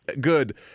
Good